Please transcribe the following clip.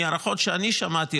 מההערכות שאני שמעתי,